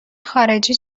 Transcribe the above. خارجی